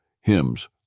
hymns